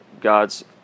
God's